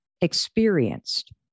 experienced